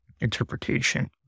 interpretation